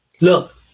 look